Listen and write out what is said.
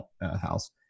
house